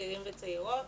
צעירים וצעירות